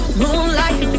moonlight